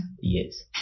Yes